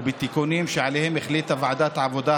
ובתיקונים שעליהם החליטה ועדת העבודה,